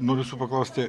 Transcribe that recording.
noriu jūsų paklausti